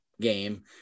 game